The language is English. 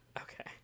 okay